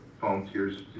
volunteers